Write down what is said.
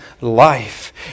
life